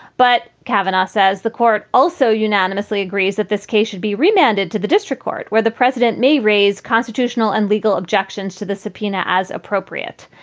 but kavanaugh says the court also unanimously agrees that this case should be remanded to the district court, where the president may raise constitutional and legal objections to the subpoena as appropriate.